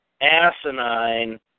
asinine